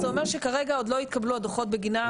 זה אומר שכרגע עוד לא התקבלו הדו"חות בגינם,